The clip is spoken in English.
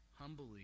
humbly